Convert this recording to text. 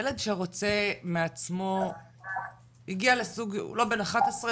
ילד שרוצה מעצמו - הוא לא בן 11,